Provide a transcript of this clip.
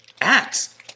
Acts